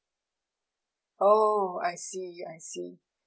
oh I see I see